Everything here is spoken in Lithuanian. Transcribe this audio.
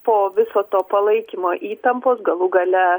po viso to palaikymo įtampos galų gale